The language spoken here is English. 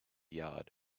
yard